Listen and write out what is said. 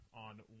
on